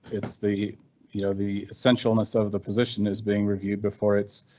it's the you know the essentialness of the position is being reviewed before it's